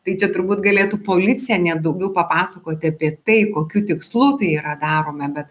tai čia turbūt galėtų policija net daugiau papasakoti apie tai kokiu tikslu tai yra daroma bet